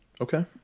Okay